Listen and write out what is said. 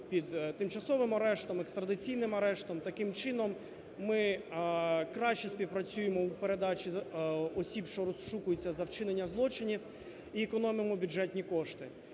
під тимчасовим арештом, екстрадиційним арештом. Таким чином ми краще співпрацюємо у передачі осіб, що розшукуються за вчинення злочинів і економимо бюджетні кошти.